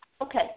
Okay